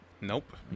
Nope